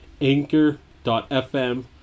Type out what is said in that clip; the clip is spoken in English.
anchor.fm